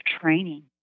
training